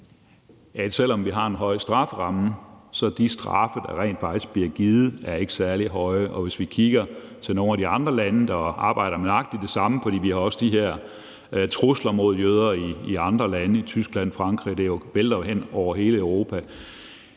at selv om vi har en høj strafferamme, er de straffe, der rent faktisk bliver givet, ikke særlig høje. Og hvis vi kigger til nogle af de andre lande, der arbejder med nøjagtig det samme, for vi har jo også de her trusler mod jøder i andre lande – i Tyskland, i Frankrig; det vælter jo ind over hele Europa